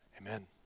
amen